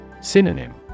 Synonym